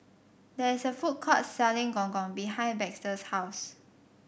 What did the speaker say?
there is a food court selling Gong Gong behind Baxter's house